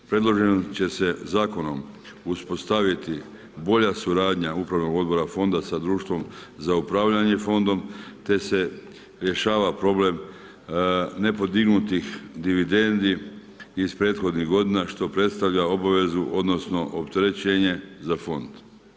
Predloženim će se zakonom uspostaviti bolja suradnja upravnog odbora fonda sa društvom za upravljanje fondom te se rješava problem nepodignutih dividendi iz prethodnih godina što predstavlja obavezu odnosno opterećenje za fond.